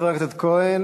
תודה, חבר הכנסת כהן.